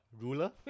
Ruler